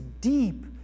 deep